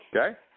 Okay